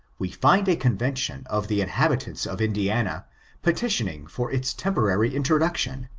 we find a convention of the inhabitants of indiana petitioning for its temporary introduction,